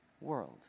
world